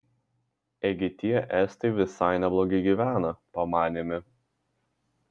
ėgi tie estai visai neblogai gyvena pamanėme